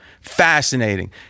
Fascinating